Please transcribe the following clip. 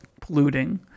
polluting